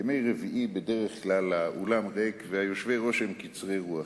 בימי רביעי בדרך כלל האולם ריק והיושבי-ראש קצרי-רוח.